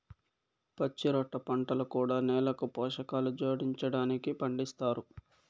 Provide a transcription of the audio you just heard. పచ్చిరొట్ట పంటలు కూడా నేలకు పోషకాలు జోడించడానికి పండిస్తారు